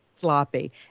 sloppy